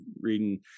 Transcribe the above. reading